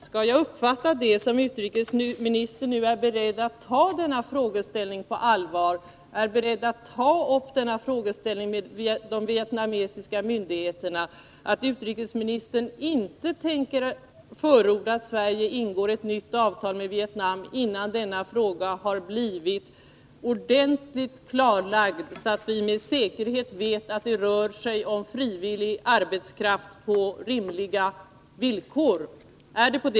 Skall jag uppfatta det så att utrikesministern nu är beredd att ta denna frågeställning på allvar och ta upp frågan med de vietnamesiska myndigheterna och att utrikesministern inte tänker förorda att Sverige ingår nya avtal med Vietnam, innan denna fråga har blivit ordentligt klarlagd, så att vi med säkerhet vet att det rör sig om frivillig arbetskraft på rimliga villkor?